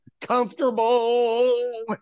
comfortable